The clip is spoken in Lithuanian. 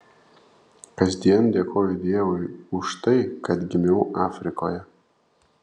kasdien dėkoju dievui už tai kad gimiau afrikoje